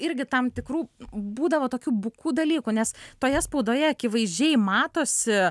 irgi tam tikrų būdavo tokių bukų dalykų nes toje spaudoje akivaizdžiai matosi